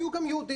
היו גם יהודים,